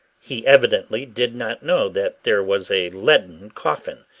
he evidently did not know that there was a leaden coffin,